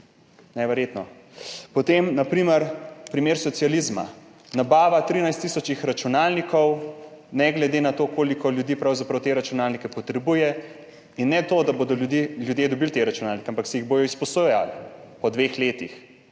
Neverjetno. Potem na primer socializma, nabava 13 tisočih računalnikov ne glede na to, koliko ljudi pravzaprav te računalnike potrebuje, in ne to, da bodo ljudje dobili te računalnike, ampak si jih bodo izposojali po dveh letih